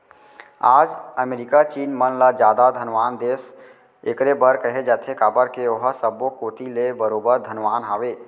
आज अमेरिका चीन मन ल जादा धनवान देस एकरे बर कहे जाथे काबर के ओहा सब्बो कोती ले बरोबर धनवान हवय